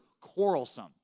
quarrelsome